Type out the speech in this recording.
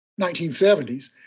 1970s